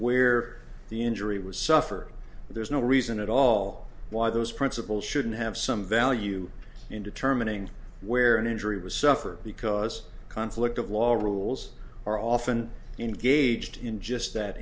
where the injury was suffer there's no reason at all why those principles shouldn't have some value in determining where an injury was suffered because conflict of law rules are often engaged in just that